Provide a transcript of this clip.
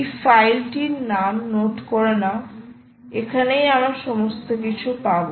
এই ফাইলটির নাম নোট করে নাও এখানেই আমরা সমস্ত কিছু করব